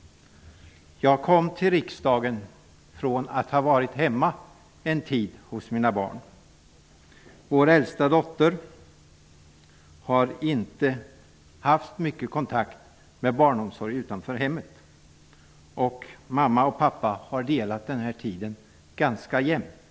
Jag kom till riksdagen från att ha varit hemma en tid hos mina barn. Vår äldsta dotter har inte haft mycket kontakt med barnomsorg utanför hemmet. Mamma och pappa har delat den här tiden ganska jämnt.